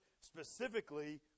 specifically